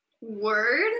Word